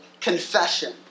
confession